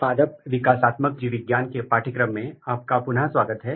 पादप विकासात्मक जीवविज्ञान के पाठ्यक्रम में आपका स्वागत है